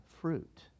fruit